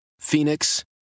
Phoenix